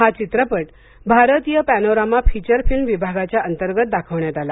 हा चित्रपट भारतीय पॅनोरामा फीचर फिल्म विभागाच्या अंतर्गत दाखविण्यात आला